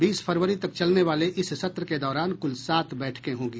बीस फरवरी तक चलने वाले इस सत्र के दौरान कुल सात बैठकें होंगी